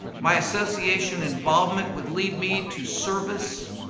my association involvement would lead me to service,